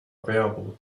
available